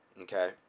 Okay